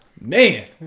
Man